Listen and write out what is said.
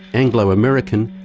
anglo american,